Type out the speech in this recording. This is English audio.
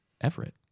Everett